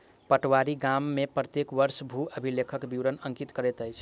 पटवारी गाम में प्रत्येक वर्ष भू अभिलेखक विवरण अंकित करैत अछि